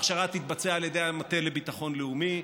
ההכשרה תתבצע על ידי המטה לביטחון לאומי,